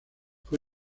fue